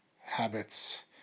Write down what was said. habits